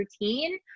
routine